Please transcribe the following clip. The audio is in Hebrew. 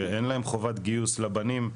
שאין להם חובת גיוס לבנים,